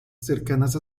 cercanas